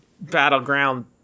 battleground